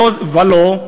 וָלא,